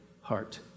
heart